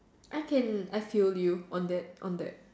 I can I feel you on that on that